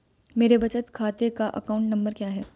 मेरे बचत खाते का अकाउंट नंबर क्या है?